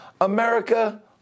America